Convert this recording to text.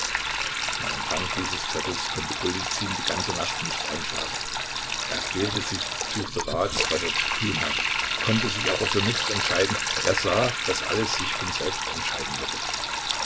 dieses zettels konnte golizyn die ganze nacht nicht einschlafen er quälte sich suchte rat was er zu tun habe konnte sich aber für nichts entscheiden er sah daß alles sich von selbst entscheiden würde